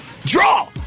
draw